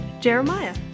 Jeremiah